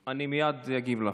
אני מייד אגיב לך,